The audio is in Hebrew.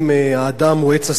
האדם הוא עץ השדה,